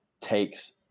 takes